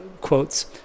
quotes